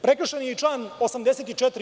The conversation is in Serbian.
Prekršen je i član 84.